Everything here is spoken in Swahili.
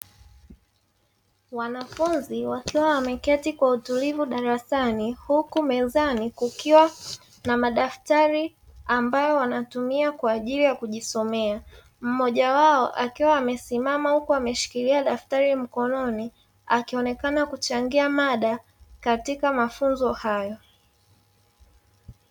Wanafunzi wasio wameketi kwa utulivu darasani huku mezani kukiwa na madaftari ambayo wanatumia kwaajili ya kujisomea, mmoja wao akiwa amesimama huko ameshikilia daftari mkononi akionekana kuchangia mada katika mafunzo hayo.